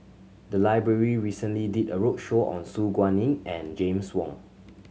the library recently did a roadshow on Su Guaning and James Wong